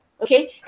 Okay